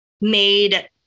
made